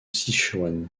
sichuan